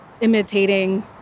imitating